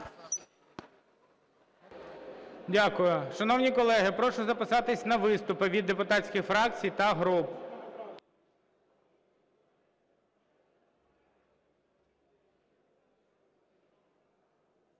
Дякую. Шановні колеги, прошу записатися на виступи від депутатських фракцій та груп.